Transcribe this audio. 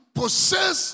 possess